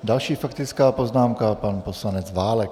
Další faktická poznámka, pan poslanec Válek.